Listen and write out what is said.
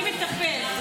מי מטפל?